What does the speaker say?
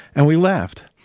and we laughed.